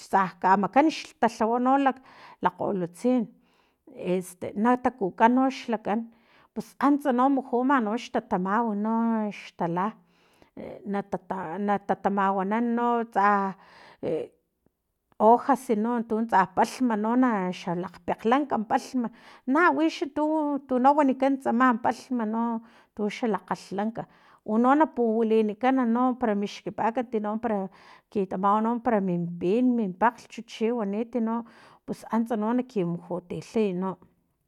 tsa kamakan xtalhawa no laj kgolutsin este natakuka no xlakan pus antsano mujuma nox tatamau no xtala e natata natatamawanan tsa e hojas tino tsa palhm no na xalakgpakglhlanka palhm na wixa tu tu wanikan tsamam palhm no tu xalakgalhlank uno na puwilinikan no para mixkipakan no para kitamawa no para min pin min pakglhch chiwaniti no pus ansta no na kimujutilhay no